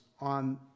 on